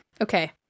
Okay